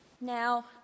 now